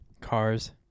Cars